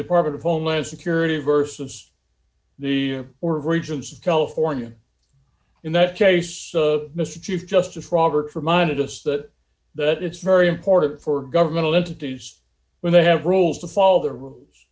department of homeland security vs the or regions of california in that case mr chief justice roberts reminded us that that it's very important for governmental entities when they have rules to follow the rules